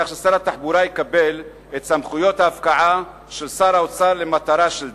כך ששר התחבורה יקבל את סמכויות ההפקעה של שר האוצר למטרה של דרך,